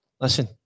listen